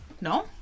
No